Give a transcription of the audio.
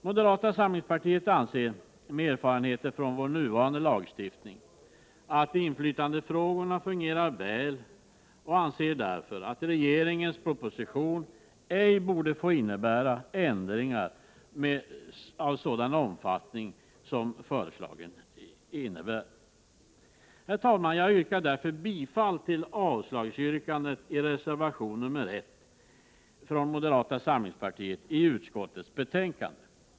Moderata samlingspartiet anser, med erfarenheter från vår nuvarande lagstiftning, att inflytandefrågorna fungerar väl och anser därför att regeringens proposition ej borde få medföra ändringar av sådan omfattning som förslaget innebär. Herr talman! Jag yrkar därför bifall till avslagsyrkandet i reservation 1 från moderata samlingspartiet som är fogad till utskottsbetänkandet.